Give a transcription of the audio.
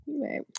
right